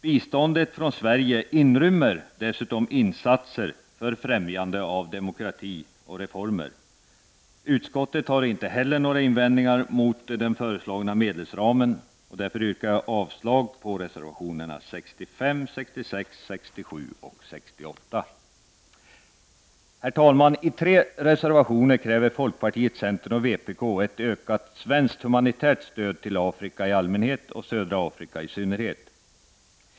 Biståndet från Sverige inrymmer dessutom insatser för främjande av demokrati och reformer. Inte heller utskottsmajoriteten har några invändningar mot den föreslagna medelsramen. Därför yrkar jag avslag på reservationerna 65, 66, 67 och 68. Herr talman! I tre reservationer kräver folkpartiet, centern och vpk en ökning av det svenska humanitära stödet till Afrika i allmänhet och södra Afrika i synnerhet.